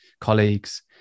colleagues